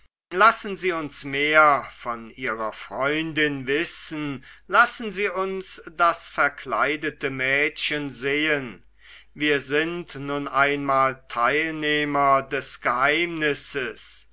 lassen sie uns mehr von ihrer freundin wissen lassen sie uns das verkleidete mädchen sehen wir sind nun einmal teilnehmer des geheimnisses